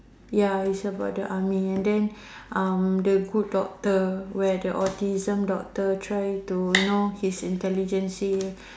ya it's about the army and then um the good doctor where the autism doctor try to know his intelligence see